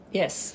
yes